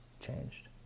changed